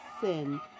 sin